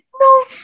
No